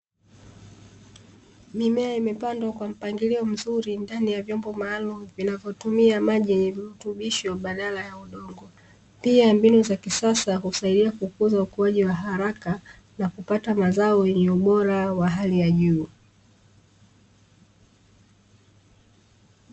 Mimea imepandwa kwa mpangilio mzuri ndani ya vyombo maalumu vinavyotumia maji yenye virutubisho badala ya udongo. Pia mbinu za kisasa husaidia kukuza ukuaji wa haraka na kupata mazao yenye ubora wa hali ya juu.